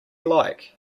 like